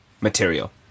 material